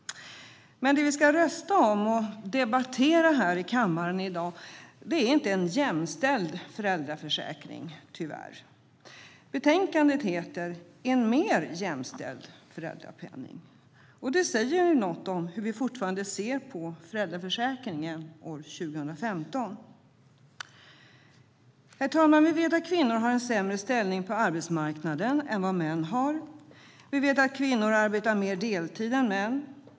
Men det som vi ska rösta om och debattera här i kammaren i dag är inte en jämställd föräldraförsäkring, tyvärr. Betänkandet heter En mer jämställd föräldrapenning , och det säger ju något om hur vi fortfarande ser på föräldraförsäkringen år 2015. Herr talman! Vi vet att kvinnor har en sämre ställning på arbetsmarknaden än vad män har. Vi vet att kvinnor arbetar mer deltid än män.